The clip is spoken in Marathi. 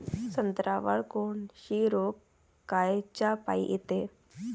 संत्र्यावर कोळशी रोग कायच्यापाई येते?